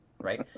right